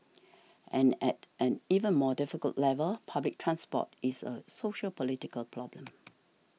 and at an even more difficult level public transport is a sociopolitical problem